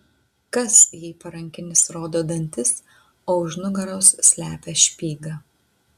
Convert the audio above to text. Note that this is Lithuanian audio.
kas jei parankinis rodo dantis o už nugaros slepia špygą